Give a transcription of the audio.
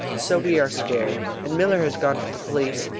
so we are scared, and miller has gone for the police,